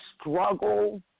struggle